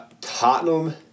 Tottenham